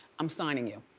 i'm signing you,